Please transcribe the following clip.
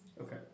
Okay